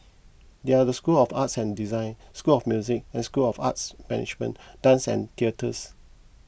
they are the school of art and design school of music and school of arts management dance and theatres